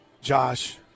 Josh